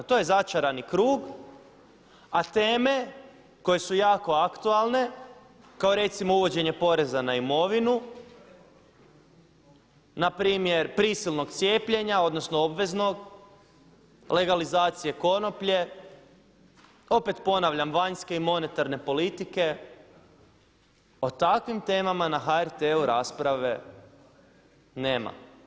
To je začarani krug, a teme koje su jako aktualne kao recimo uvođenje poreza na imovinu, na primjer prisilnog cijepljenja, odnosno obveznog, legalizacije konoplje, opet ponavljam vanjske i monetarne politike o takvim temama na HRT-u rasprave nema.